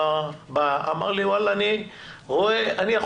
הוא בא,